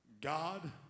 God